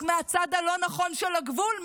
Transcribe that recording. רק מהצד הלא-נכון של הגבול,